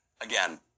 Again